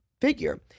figure